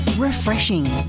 Refreshing